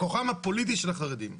כוחם הפוליטי של החרדים.